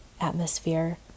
Atmosphere